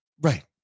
Right